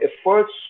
efforts